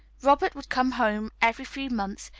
robert would come home every few months,